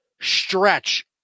stretch